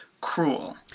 cruel